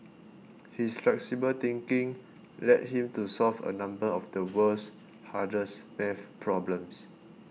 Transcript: his flexible thinking led him to solve a number of the world's hardest math problems